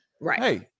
right